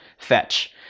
Fetch